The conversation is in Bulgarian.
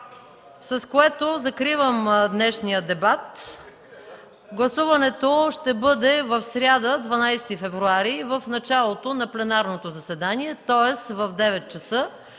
С това закривам днешния дебат. Гласуването ще бъде в сряда, 12 февруари, в началото на пленарното заседание, тоест в 9,00 ч.